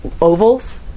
ovals